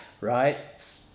Right